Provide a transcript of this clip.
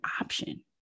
option